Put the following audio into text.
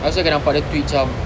aku selalu nampak dia tweet cam